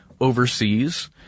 overseas